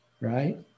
right